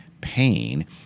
pain